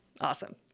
Awesome